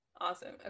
Awesome